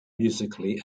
musically